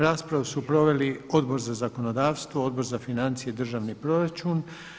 Raspravu su proveli Odbor za zakonodavstvo, Odbor za financije i državni proračun.